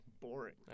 boring